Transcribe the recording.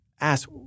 ask